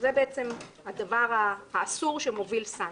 זה הדבר האסור שמוביל סנקציות.